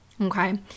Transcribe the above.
okay